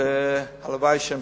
והלוואי שימשיכו.